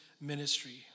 ministry